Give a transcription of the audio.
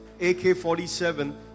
AK-47